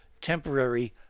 temporary